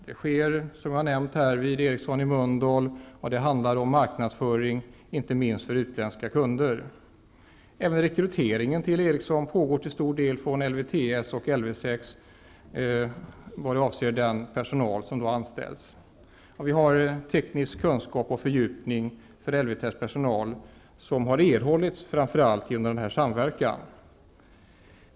Det sker, som jag nämnt här, vid Ericsson i Mölndal, inte minst i form av marknadsföring för utländska kunder. Även rekryteringen av personal till Ericsson utgår till stor del från LvTS och Lv 6. Teknisk kunskap och fördjupning för LvTS personal har framför allt erhållits genom denna nära samverkan.